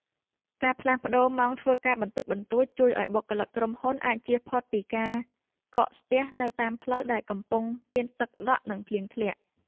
ការផ្លាស់ប្តូរម៉ោងធ្វើការបន្តិចបន្តួចជួយឱ្យបុគ្គលិកក្រុមហ៊ុនអាចជៀសផុតពីការកក់ស្ទះនៅតាមផ្លូវដែលកំពុងមានទឹកដក់ និងភ្លៀងធ្លាក់។